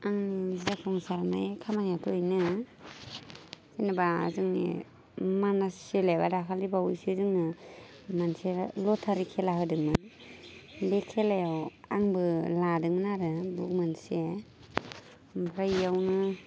आंनि जाफुंसारनाय खामानियाथ' बेनो जेनेबा जोंनि मानास सेलेबा दाखालिबावैसो जोंनो मोनसे लटारि खेला होदोंमोन बे खेलायाव आंबो लादोंमोन आरो बुक मोनसे ओमफ्राय बेयावनो